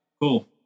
Cool